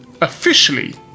officially